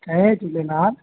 Jay Jhulelal